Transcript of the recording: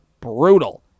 brutal